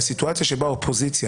הסיטואציה שבה אופוזיציה,